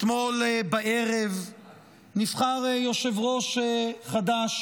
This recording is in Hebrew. אתמול בערב נבחר יושב-ראש חדש